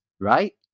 right